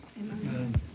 Amen